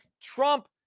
Trump